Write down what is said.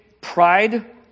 pride